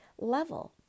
level